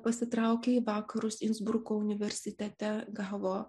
pasitraukė į vakarus insbruko universitete gavo